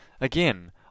Again